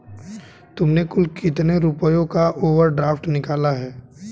तुमने कुल कितने रुपयों का ओवर ड्राफ्ट निकाला है?